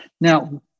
Now